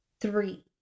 Three